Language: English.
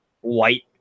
white